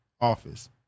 office